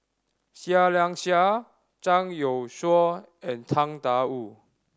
Seah Liang Seah Zhang Youshuo and Tang Da Wu